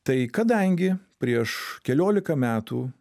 tai kadangi prieš keliolika metų